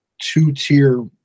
two-tier